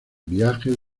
viajes